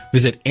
Visit